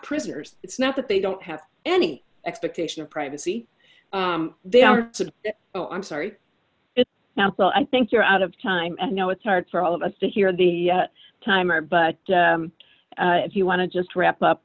prisoners it's not that they don't have any expectation of privacy they are to oh i'm sorry now so i think you're out of time and know it's hard for all of us to hear the timer but if you want to just wrap up